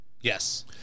Yes